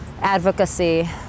advocacy